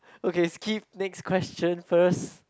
okay skip next question first